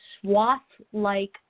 swath-like